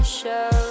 show